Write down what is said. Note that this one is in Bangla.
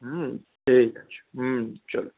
হুম ঠিক আছে হুম চলুন